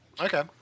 Okay